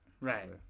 Right